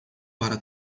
para